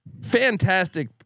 fantastic